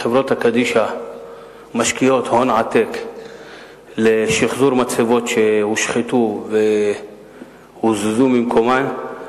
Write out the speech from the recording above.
חברות הקדישא משקיעות הון עתק בשחזור מצבות שהושחתו והוזזו ממקומן.